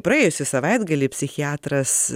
praėjusį savaitgalį psichiatras